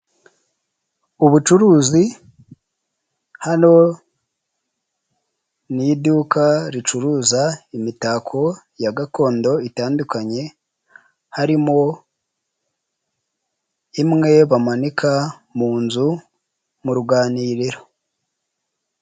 Ubucuruzi hano ni iduka ricuruza imitako ya gakondo itandukanye, harimo imwe bamanika mu nzu mu ruganiriro.